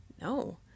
No